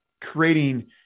creating